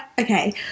okay